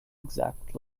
exact